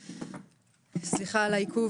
לחוק,